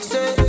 Say